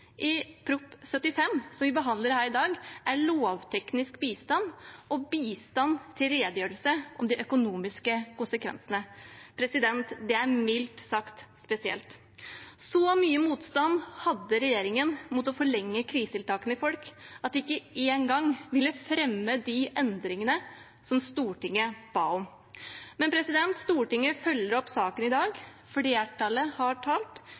i Prop. 75 S, som vi behandler her i dag, er en lovteknisk bistand og bistand til redegjørelse om de økonomiske konsekvensene. Det er mildt sagt spesielt. Så mye motstand hadde regjeringen mot å forlenge krisetiltakene til folk at de ikke engang ville fremme de endringene som Stortinget ba om. Men Stortinget følger opp saken i dag. Flertallet har talt.